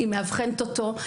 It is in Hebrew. היא מאבחנת אותו,